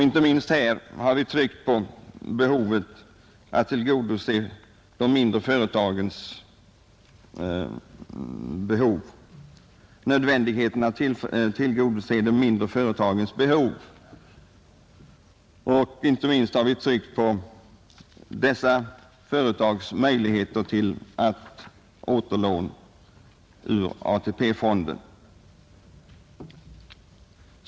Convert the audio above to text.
Inte minst har vi tryckt på nödvändigheten av att tillgodose de mindre företagens behov och att ge dessa företag möjligheter till återlån ur ATP-fonden.